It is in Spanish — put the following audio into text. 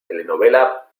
telenovela